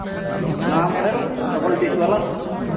ᱱᱟᱣᱟ model double dish ᱵᱟᱞᱟ